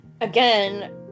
Again